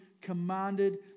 commanded